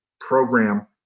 Program